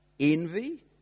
Envy